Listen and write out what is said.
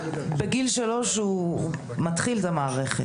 בגיל 3 הוא מתחיל את המערכת.